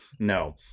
No